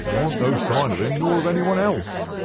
there wasn't no sign of him nor of anyone else.